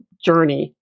journey